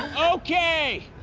okay.